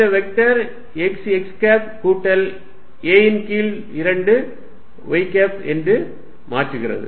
இந்த vector x x cap கூட்டல் a ன் கீழ் 2 y கேப் என்று மாற்றுகிறது